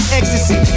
ecstasy